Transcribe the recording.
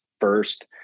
first